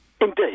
Indeed